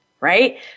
right